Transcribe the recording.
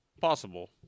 Possible